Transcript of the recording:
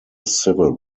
civil